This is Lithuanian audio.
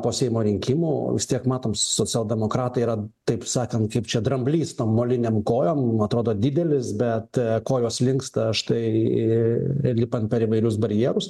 po seimo rinkimų vis tiek matom socialdemokratai yra taip sakant kaip čia dramblys molinėm kojom atrodo didelis bet kojos linksta aš tai lipant per įvairius barjerus